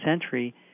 century